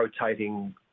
rotating